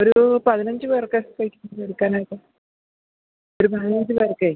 ഒരു പതിനഞ്ച് പേര്ക്ക് കഴിക്കാൻ എടുക്കാനായിട്ട് ഒരു പതിനഞ്ച് പേര്ക്ക്